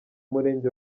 murenge